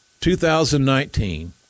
2019